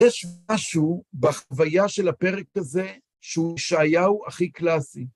יש משהו בחוויה של הפרק הזה שהוא ישאיהו הכי קלאסי.